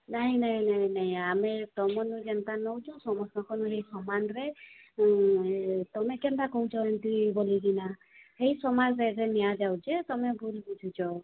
ନାଇଁ ନାଇଁ ନାଇଁ ନାଇଁ ଆମେ ତମନୁ ଯେନ୍ତା ନେଉଛୁ ସମସ୍ତଙ୍କୁ ଏଇ ସମାନରେ ତୁମେ କେନ୍ତା କହୁଛ ଏମିତି ବୋଲିକିନା ସେଇ ସମାନ ରେଟ୍ରେ ନିଆଯାଉଛେ ତୁମେ ଭୁଲ ବୁଝୁଛ